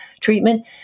treatment